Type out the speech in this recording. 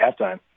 halftime